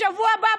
בשבוע הבא,